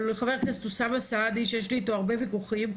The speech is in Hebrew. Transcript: אבל חבר הכנסת אוסאמה סעדי שיש לי איתו הרבה ויכוחים,